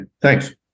Thanks